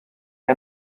que